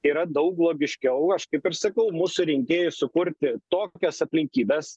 yra daug logiškiau aš kaip ir sakau mūsų rinkėjus sukurti tokias aplinkybes